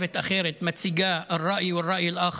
שחושבת אחרת ומציגה (אומר בערבית: את הדעה ואת הדעה האחרת,)